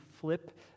flip